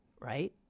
right